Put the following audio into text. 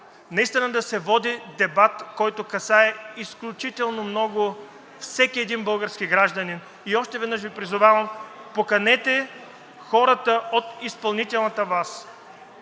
Наистина да се води дебат, който касае изключително много всеки един български гражданин. Още веднъж Ви призовавам – поканете хората от изпълнителната власт,